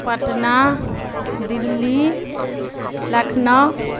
Patna Delhi Lucknow